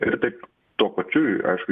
ir taip tuo pačiu i ašku